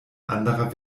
anderer